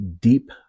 deep